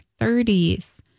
30s